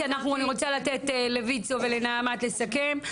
כי אני רוצה לתת לויצו ולנעמ"ת לסכם,